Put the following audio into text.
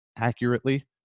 accurately